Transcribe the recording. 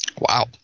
Wow